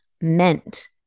meant